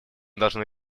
должны